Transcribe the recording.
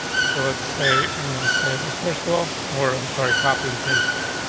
so it's a i'm going to save this first of all more. i'm sorry. copy and paste it.